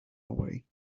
away